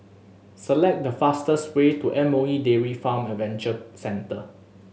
select the fastest way to M O E Dairy Farm Adventure Centre